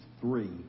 three